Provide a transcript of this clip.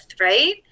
right